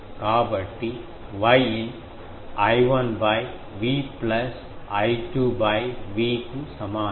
కాబట్టి Yin I1 V plus I2 V కు సమానం